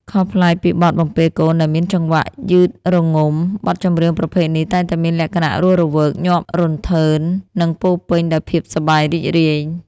ខុសប្លែកពីបទបំពេកូនដែលមានចង្វាក់យឺតរងំ បទចម្រៀងប្រភេទនេះតែងតែមានលក្ខណៈរស់រវើក ញាប់រន្ថើន និងពោរពេញដោយភាពសប្បាយរីករាយ